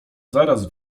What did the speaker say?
zaraz